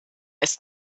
ist